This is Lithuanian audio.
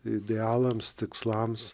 idealams tikslams